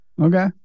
Okay